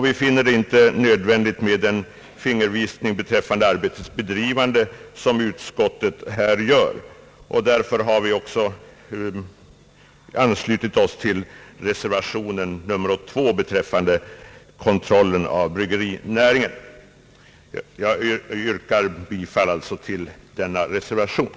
Vi finner det inte nödvändigt med den fingervisning beträffande arbetets bedrivande, som utskottet här kommer med, och därför har vi också anslutit oss till reservationen nr 2 om kontrollen av bryggerinäringen. Jag yrkar alltså bifall till denna reservation.